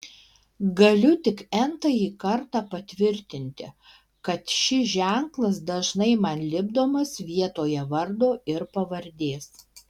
galiu tik n tąjį kartą patvirtinti kad šis ženklas dažnai man lipdomas vietoje vardo ir pavardės